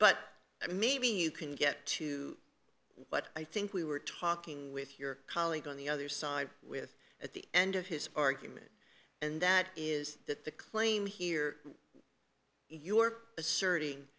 but maybe you can get to but i think we were talking with your colleague on the other side with at the end of his argument and that is that the claim here you are asserting